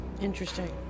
Interesting